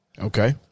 Okay